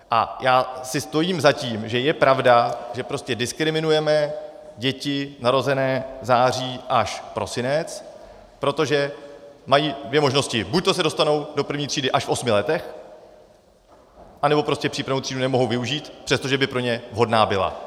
A já si stojím za tím, že je pravda, že prostě diskriminujeme děti narozené v září až prosinci, protože mají dvě možnosti: buďto se dostanou do první třídy až v osmi letech, anebo prostě přípravnou třídu nemohou využít, přesto že by pro ně vhodná byla.